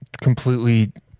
completely